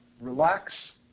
Relax